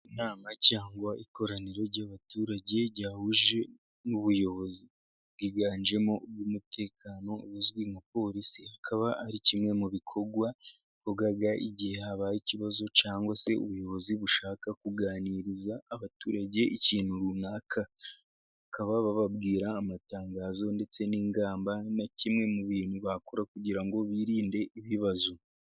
Inama cyangwa ikoraniro ry'abaturage ryahuje n'ubuyobozi. Ryiganjemo ubw'umutekano buzwi nka polisi. Ikaba ari kimwe mu bikorwa bavuga igihe habaye ikibazo, cyangwa se ubuyobozi bushaka kuganiriza abaturage ikintu runaka, bakaba bababwira amatangazo ndetse n'ingamba na kimwe mu bintu bakora kugira ngo birinde ibibazo.